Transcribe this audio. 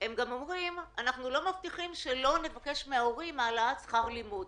הם גם אומרים "אנחנו לא מבטיחים שלא נבקש מההורים העלאת שכר לימוד".